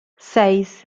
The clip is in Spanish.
seis